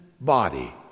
body